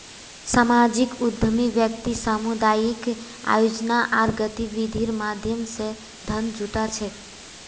सामाजिक उद्यमी व्यक्ति सामुदायिक आयोजना आर गतिविधिर माध्यम स धन जुटा छेक